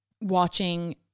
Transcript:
watching